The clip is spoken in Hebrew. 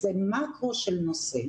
זה מקרו של נושא.